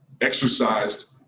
exercised